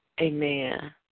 Amen